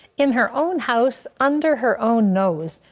in her own house under her own nose,